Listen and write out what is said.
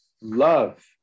love